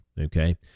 okay